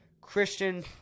Christian